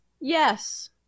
yes